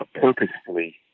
purposefully